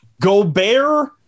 Gobert